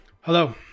Hello